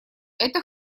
это